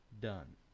done